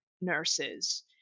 nurses